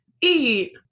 eat